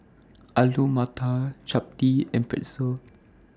Alu Matar Chapati and Pretzel